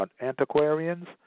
antiquarians